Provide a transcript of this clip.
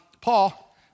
Paul